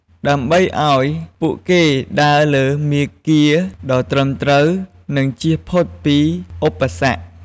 ដើម្បីឲ្យពួកគេដើរលើមាគ៌ាដ៏ត្រឹមត្រូវ និងជៀសផុតពីឧបសគ្គ។